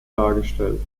dargestellt